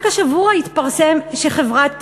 רק השבוע התפרסם שחברת "טבע",